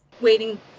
waiting